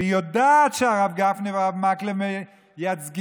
והיא יודעת שהרב גפני והרב מקלב מייצגים